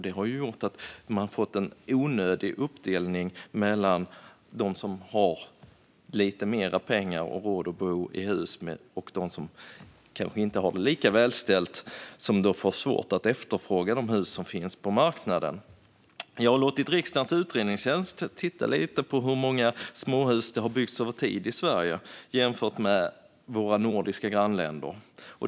Det har gjort att man har fått en onödig uppdelning mellan dem som har lite mer pengar och har råd att bo i hus och dem som kanske inte har det lika väl ställt och som då får svårt att efterfråga de hus som finns på marknaden. Jag har låtit riksdagens utredningstjänst titta lite grann på hur många småhus som det har byggts över tid i Sverige jämfört med i våra nordiska grannländer.